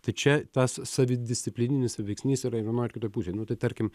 tai čia tas savidisciplininis veiksnys yra ir vienoj ir kitoj pusėj nu tai tarkim